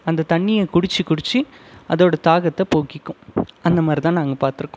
அந்த தண்ணியை குடித்து குடித்து அதோடய தாகத்தை போக்கிக்கும் அந்த மாதிரி தான் நாங்கள் பாத்திருக்கோம்